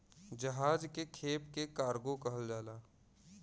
जहाज के खेप के कार्गो कहल जाला